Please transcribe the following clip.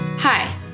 Hi